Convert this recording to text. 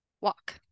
walk